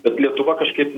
bet lietuva kažkaip